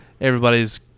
everybody's